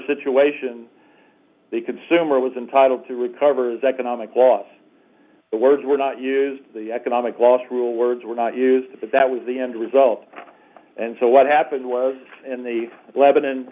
situation the consumer was entitled to recover the economic loss the words were not used the economic loss rule words were not used but that was the end result and so what happened was in the lebanon